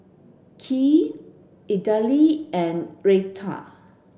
Kheer Idili and Raita